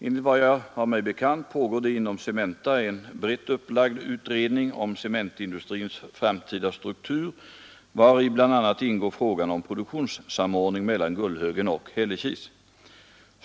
Enligt vad jag har mig bekant pågår det inom Cementa en brett upplagd utredning om cementindustrins framtida struktur, vari bl.a. ingår frågan om produktionssamordning mellan Gullhögen och Hällekis.